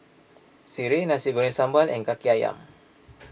Sireh Nasi Goreng Sambal and Kaki Ayam